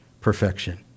perfection